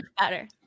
better